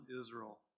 Israel